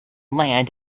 land